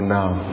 now